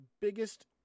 biggest